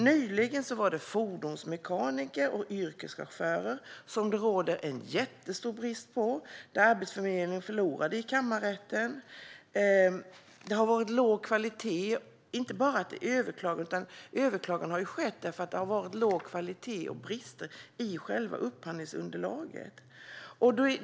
Nyligen rådde det jättestor brist på fordonsmekaniker och yrkeschaufförer. Arbetsförmedlingen förlorade då i kammarrätten. Det har varit låg kvalitet. Det har inte bara överklagats, utan detta har skett för att det varit låg kvalitet och brister i själva upphandlingsunderlaget.